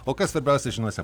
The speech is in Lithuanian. o kas svarbiausia žiniose